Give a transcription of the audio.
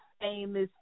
famous